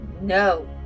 No